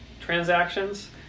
transactions